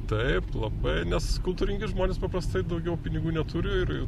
taip labai nes kultūringi žmonės paprastai daugiau pinigų neturi ir